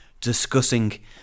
discussing